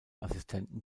assistenten